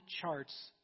charts